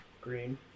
Green